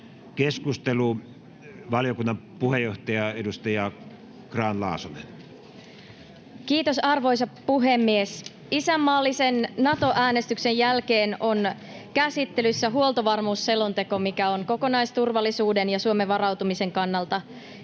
huoltovarmuusselonteko Time: 14:33 Content: Kiitos, arvoisa puhemies! Isänmaallisen Nato-äänestyksen jälkeen on käsittelyssä huoltovarmuusselonteko, mikä on kokonaisturvallisuuden ja Suomen varautumisen kannalta erittäin